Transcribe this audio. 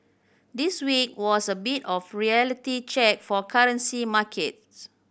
this week was a bit of a reality check for currency markets